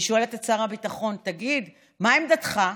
אני שואלת את שר הביטחון: תגיד, מה עמדתך?